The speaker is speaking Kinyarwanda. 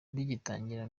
bigitangira